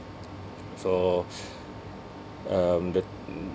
so um the